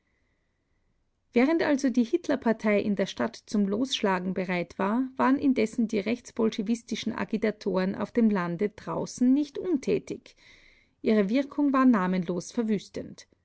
während also die hitler-partei in der stadt zum losschlagen bereit war waren indessen die rechtsbolschewistischen agitatoren auf dem lande draußen nicht untätig ihre wirkung war namenlos verwüstend